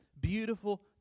beautiful